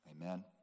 Amen